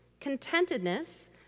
Contentedness